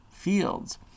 fields